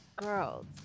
girls